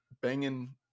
banging